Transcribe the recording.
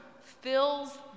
fills